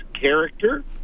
character